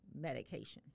medications